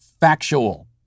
factual